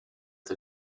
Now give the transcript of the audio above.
the